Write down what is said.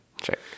Check